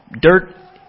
dirt